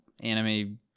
anime